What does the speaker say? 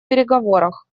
переговорах